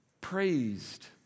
praised